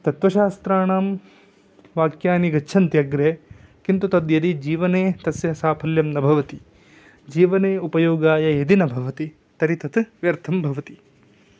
तत्वशास्त्राणां वाक्यानि गच्छन्ति अग्रे किन्तु तद् यदि जीवने तस्य साफल्यं न भवति जीवने उपयोगाय यदि न भवति तर्हि तत् व्यर्थं भवति